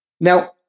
Now